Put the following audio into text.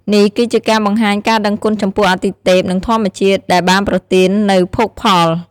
នេះគឺជាការបង្ហាញការដឹងគុណចំពោះអាទិទេព និងធម្មជាតិ ដែលបានប្រទាននូវភោគផល។